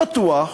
פתוח,